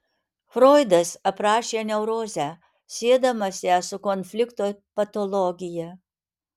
froidas aprašė neurozę siedamas ją su konflikto patologija